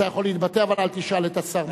אתה יכול להתבטא, אבל אל תשאל את השר מופז.